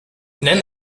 nenn